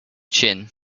chin